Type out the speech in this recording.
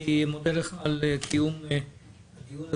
אני מודה לך על קיום הדיון הזה,